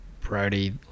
Brody